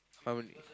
how many